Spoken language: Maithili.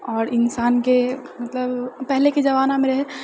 आओर इंसानके मतलब पहिलेके जबानामे रहए